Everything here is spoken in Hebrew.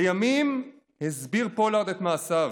לימים הסביר פולארד את מעשיו.